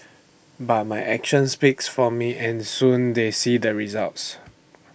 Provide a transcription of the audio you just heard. but my actions speaks for me and soon they see the results